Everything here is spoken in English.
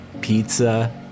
pizza